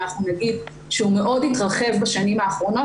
אנחנו נגיד שהוא מאוד התרחב בשנים האחרונות